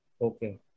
Okay